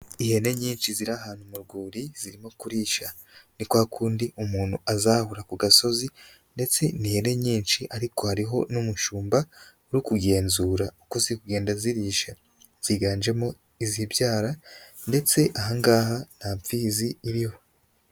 Ihene nyinshi ziri ahantu mu rwuri, zirimo kurisha. Ni kwa kundi umuntu azahura ku gasozi, ndetse n'ihene nyinshi ariko hariho n'umushumba uri kugenzura uko ziri kugenda zirisha, ziganjemo izibyara ndetse ahangaha nta mfizi iriho.